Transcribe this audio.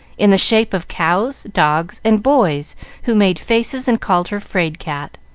in the shape of cows, dogs, and boys who made faces and called her fraid-cat.